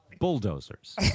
bulldozers